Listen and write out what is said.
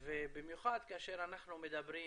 במיוחד כאשר אנחנו מדברים